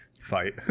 fight